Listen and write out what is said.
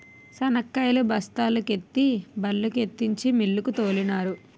శనక్కాయలు బస్తాల కెత్తి బల్లుకెత్తించి మిల్లుకు తోలినారు